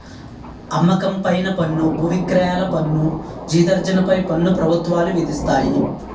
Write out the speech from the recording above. అమ్మకం పైన పన్ను బువిక్రయాల పన్ను జీతార్జన పై పన్ను ప్రభుత్వాలు విధిస్తాయి